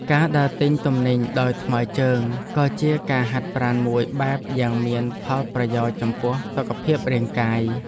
ការដើរទិញទំនិញដោយថ្មើរជើងក៏ជាការហាត់ប្រាណមួយបែបយ៉ាងមានផលប្រយោជន៍ចំពោះសុខភាពរាងកាយ។